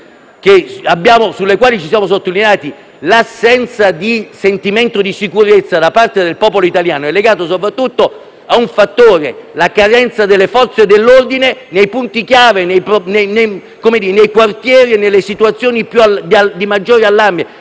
quelle che abbiamo sottolineato. L'assenza di sentimento di sicurezza da parte del popolo italiano è legata soprattutto a un fattore: la carenza della presenza delle Forze dell'ordine nei punti chiave, nei quartieri e nelle situazioni che destano maggiore allarme.